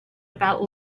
about